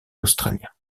australien